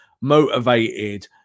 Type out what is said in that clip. motivated